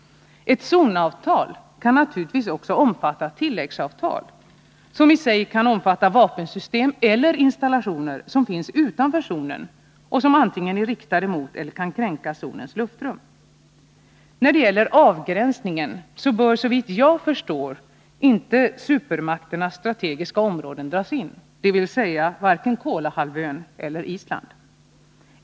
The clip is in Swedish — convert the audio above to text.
Ett zonavtal kan naturligtvis också omfatta tilläggsavtal, som i sig kan innefatta vapensystem eller installationer som finns utanför zonen och som antingen är riktade mot eller kan kränka zonens luftrum. När det gäller avgränsningen bör såvitt jag förstår inte supermakternas strategiska områden dras in, dvs. varken Kolahalvön eller Island.